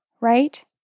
right